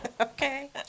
okay